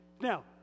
Now